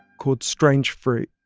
called strange fruit.